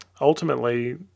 ultimately